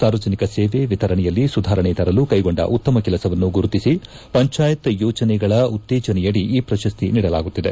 ಸಾರ್ವಜನಿಕ ಸೇವೆ ವಿತರಣೆಯಲ್ಲಿ ಸುಧಾರಣೆ ತರಲು ಕೈಗೊಂಡ ಉತ್ತಮ ಕೆಲಸವನ್ನು ಗುರುತಿಸಲು ಪಂಚಾಯತ್ ಯೋಜನೆಗಳ ಉತ್ತೇಜನೆಯಡಿ ಈ ಪ್ರಶಸ್ತಿ ನೀಡಲಾಗುತ್ತಿದೆ